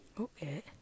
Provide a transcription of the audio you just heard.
Okay